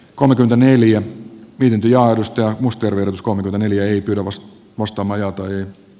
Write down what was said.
kolmekymmentäneljä viikinkialusten musterin uskon veneilijöitä tawast vastamajat oy o